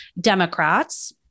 Democrats